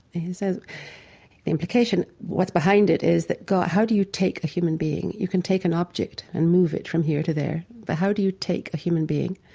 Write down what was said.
his ah implication, what's behind it, is that how do you take a human being? you can take an object and move it from here to there, but how do you take a human being?